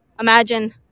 imagine